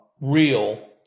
real